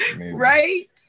right